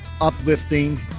uplifting